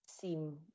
seem